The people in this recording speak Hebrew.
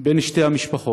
בין שתי המשפחות.